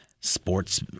sports